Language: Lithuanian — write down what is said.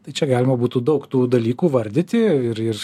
tai čia galima būtų daug tų dalykų vardyti ir ir